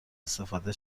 استفاده